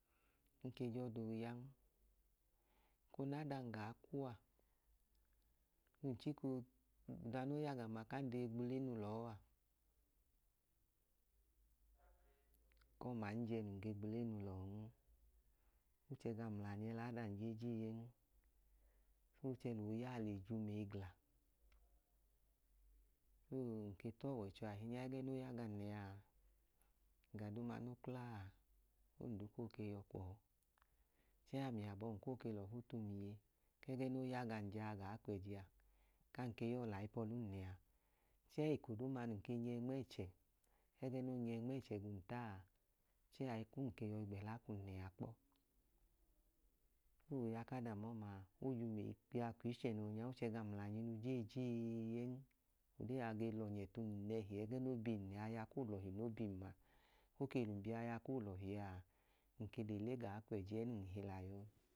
Ng ke je ọda ooyan. Eko nẹ adam gaa kwu a, num chika oo, ọda noo ya gam a, kan chika oogbule nu lẹ ọọ a, eko ọma, ng jẹ num ge gba ule nu lọọn. Ng mlanyi ẹla adam jejee ẹn. O chẹ lẹ ooya a, le jum eyi gla. So ng ke ta ọwọicho ahinya lẹ adam, ẹga duu no kla a, ondu ko ke yọ kwu ọọ. Ku ami abọhim ko ke lẹ ọfu tum iye, chẹẹ, ẹgẹẹ noo ya lẹ adam lẹ a, ku ami abọhim koo ya lẹ ayipẹ ọlum liya duu. Ng ken yẹ nma ẹchẹ, ẹgẹẹ nook e nyẹ nma ẹchẹ gwum ta a, chẹẹ, ayipẹ ọlum ke yọi gbẹla kwum liya duu. So ooya ku adam ọma, o jum eyi nẹhi, o chẹ gam mlanyi nu jejee ẹn. Odee a ge lọnyẹ tum ẹgẹẹ no bi yum lẹ, aya ku olọhi noo bi yum lẹ a. Aya ku olọhi a, ng ke le le gaa kwẹji ẹẹ num hila yọ ọ